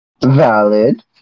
Valid